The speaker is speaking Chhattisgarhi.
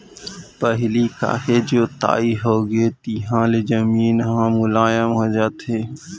पहिली काहे जोताई होगे तिहाँ ले जमीन ह मुलायम हो जाथे